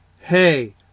Hey